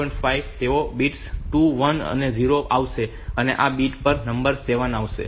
5 તેઓ બિટ્સ 2 1 અને 0 પર આવશે અને પછી આ બીટ નંબર 7 આવશે